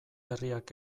herriak